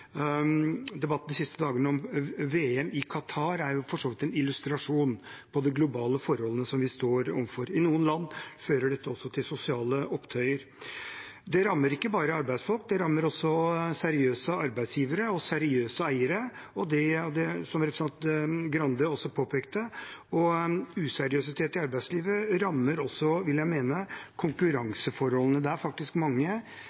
Debatten de siste dagene om VM i Qatar er for så vidt en illustrasjon på de globale forholdene vi står overfor. I noen land fører dette også til sosiale opptøyer. Det rammer ikke bare arbeidsfolk, det rammer også seriøse arbeidsgivere og seriøse eiere, noe representanten Grande også påpekte. Useriøsitet i arbeidslivet rammer også, vil jeg mene, konkurranseforholdene. Det er faktisk mange